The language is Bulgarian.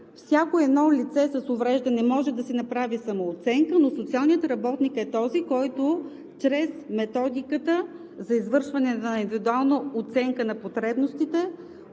Всяко едно лице с увреждане може да си направи самооценка, но социалният работник е този, който чрез Методиката за извършване на индивидуална оценка на потребностите,